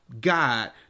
God